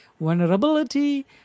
vulnerability